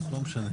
חנוך, לא משנה.